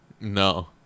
No